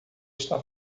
está